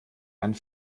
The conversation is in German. einen